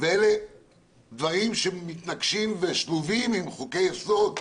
ואלה דברים שמתנגשים ושלובים עם חוקי-יסוד.